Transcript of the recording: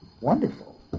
Wonderful